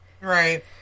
Right